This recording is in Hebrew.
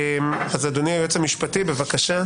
אדוני היועץ המשפטי, בבקשה.